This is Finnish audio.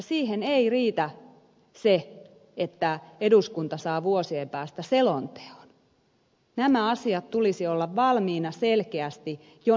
siihen ei riitä se että eduskunta saa vuosien päästä selonteon näiden asioiden tulisi olla valmiina selkeästi jo nyt